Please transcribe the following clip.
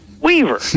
Weaver